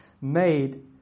made